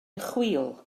chwil